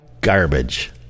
Garbage